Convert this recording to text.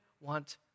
want